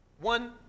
One